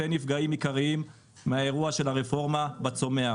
נפגעים עיקריים מהאירוע של הרפורמה בצומח.